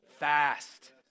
Fast